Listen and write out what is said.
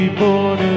born